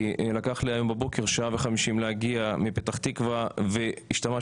כי לקח לי היום בבוקר שעה ו-50 להגיע מפתח תקווה והשתמשתי